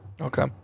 Okay